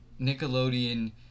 Nickelodeon